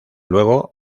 luego